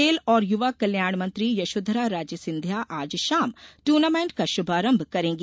खेल और युवा कल्याण मंत्री यशोधरा राजे सिंधिया आज शाम दूर्नामेंट का शुभारंभ करेंगी